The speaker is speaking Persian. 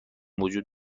وجود